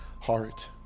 heart